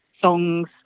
songs